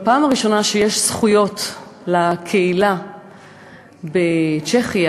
בפעם הראשונה יש זכויות לקהילה בצ'כיה,